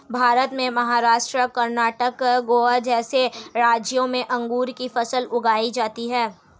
भारत में महाराष्ट्र, कर्णाटक, गोवा जैसे राज्यों में अंगूर की फसल उगाई जाती हैं